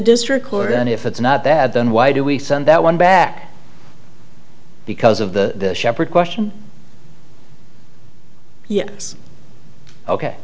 district court and if it's not that then why do we send that one back because of the sheppard question yes ok